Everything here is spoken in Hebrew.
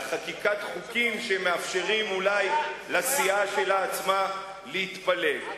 על חקיקת חוקים שמאפשרים אולי לסיעה שלה עצמה להתפלג.